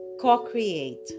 co-create